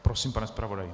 Prosím, pane zpravodaji.